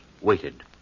waited